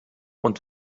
und